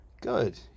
good